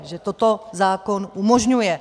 Že toto zákon umožňuje.